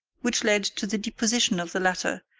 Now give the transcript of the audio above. which led to the deposition of the latter,